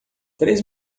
três